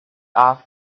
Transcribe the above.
off